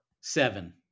Seven